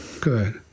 Good